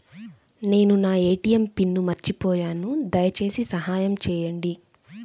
నేను నా ATM pin మర్చిపోయాను దయచేసి సహాయం చేయండి